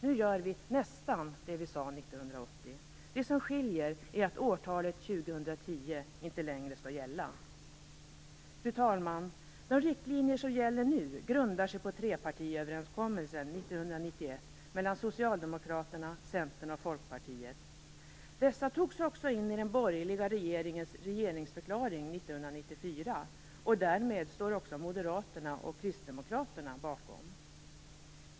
Nu gör vi nästan det vi sade 1980. Det som skiljer är att årtalet 2010 inte längre skall gälla. Fru talman! De riktlinjer som gäller nu grundar sig på trepartiöverenskommelsen 1991 mellan Socialdemokraterna, Centern och Folkpartiet. Dessa riktlinjer togs också in i den borgerliga regeringens regeringsförklaring 1994, och därmed står också Moderaterna och Kristdemokraterna bakom riktlinjerna.